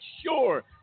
sure